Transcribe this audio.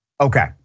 Okay